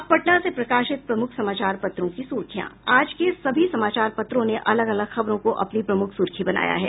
अब पटना से प्रकाशित प्रमुख समाचार पत्रों की सुर्खियां आज के सभी समाचार पत्रों ने अलग अलग खबरों को अपनी प्रमुख सुर्खी बनाया है